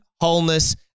wholeness